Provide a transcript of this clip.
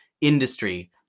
industry